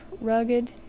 rugged